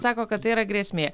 sako kad tai yra grėsmė